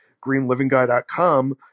greenlivingguy.com